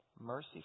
Mercy